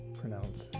pronounce